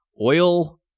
Oil